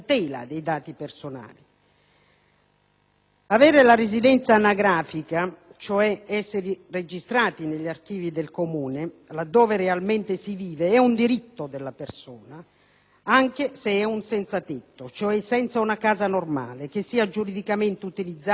Avere la residenza anagrafica, cioè essere registrati negli archivi del comune, là dove realmente si vive, è un diritto della persona, anche se è un "senza tetto", cioè senza una casa "normale", che sia giuridicamente utilizzabile come civile abitazione.